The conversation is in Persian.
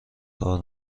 کار